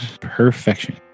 Perfection